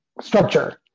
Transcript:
structure